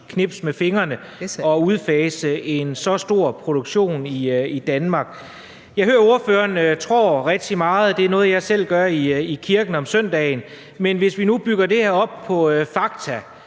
knips med fingrene at udfase en så stor produktion i Danmark. Jeg hører, at ordføreren tror rigtig meget, og det er noget, jeg selv gør i kirken om søndagen, men hvis vi nu bygger det her op på fakta,